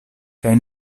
kaj